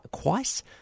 twice